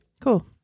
Cool